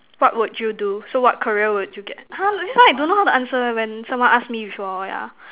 what would you do so what career would you get !huh! this one I don't know how to answer when someone ask me before yeah